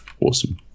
awesome